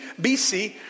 BC